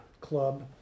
club